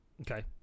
Okay